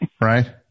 Right